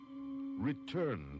Return